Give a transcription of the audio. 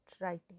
Writing